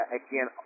again